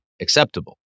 acceptable